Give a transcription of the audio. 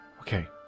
Okay